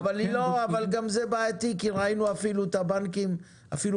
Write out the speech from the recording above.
אבל גם זה בעייתי כי ראינו את הבנקים אפילו